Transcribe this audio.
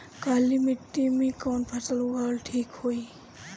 काली मिट्टी में कवन फसल उगावल ठीक होई?